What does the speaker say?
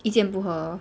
意见不合